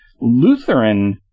Lutheran